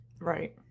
Right